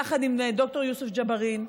יחד עם ד"ר יוסף ג'בארין.